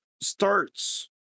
starts